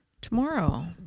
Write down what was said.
tomorrow